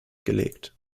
gelegt